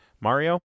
Mario